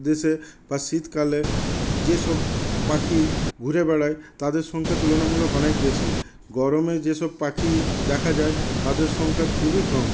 দেশে বা শীতকালে যেসব পাখি ঘুরে বেড়ায় তাদের সংখ্যা তুলনামূলক অনেক বেশি গরমে যেসব পাখি দেখা যায় তাদের সংখ্যা খুবই কম